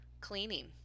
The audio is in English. cleaning